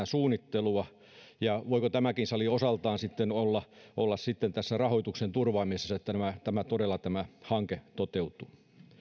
suunnittelua ja voiko tämäkin sali osaltaan sitten olla olla tässä rahoituksen turvaamisessa että tämä hanke todella toteutuu